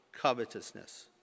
covetousness